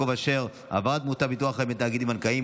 אשר (העברת מוטב בביטוח חיים בין תאגידים בנקאיים)